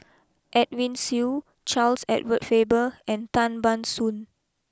Edwin Siew Charles Edward Faber and Tan Ban Soon